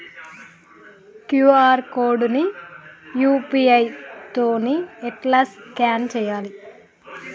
QR code ని UPI తోని ఎట్లా స్కాన్ చేయాలి?